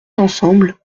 ensemble